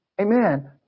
amen